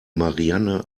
marianne